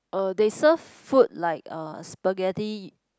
uh they serve food like uh spaghetti